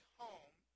home